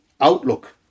outlook